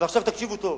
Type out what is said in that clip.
ועכשיו תקשיבו טוב: